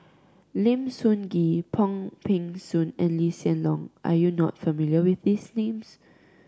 Lim Sun Gee Wong Peng Soon and Lee Hsien Loong are you not familiar with these names